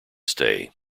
stay